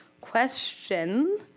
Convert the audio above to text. question